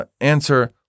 answer